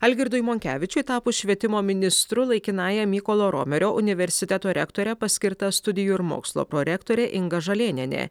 algirdui monkevičiui tapus švietimo ministru laikinąja mykolo romerio universiteto rektore paskirta studijų ir mokslo prorektorė inga žalėnienė